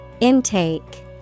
Intake